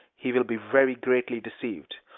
he will be very greatly deceived.